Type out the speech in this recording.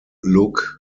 look